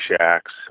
shacks